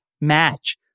match